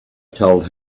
told